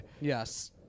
Yes